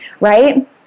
Right